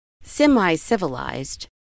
semi-civilized